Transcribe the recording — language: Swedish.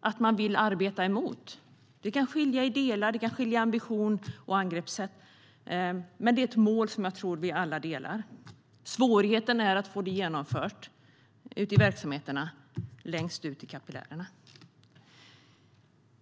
på det här området. Man vill arbeta mot detta. Det kan skilja i delar. Det kan skilja i ambition och angreppssätt. Men det är ett mål som jag tror att vi alla delar. Svårigheten är att få det genomfört ute i verksamheterna, längst ut i kapillärerna.